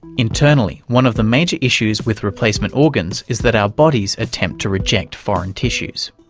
internally, one of the major issues with replacement organs is that our bodies attempt to reject foreign tissues.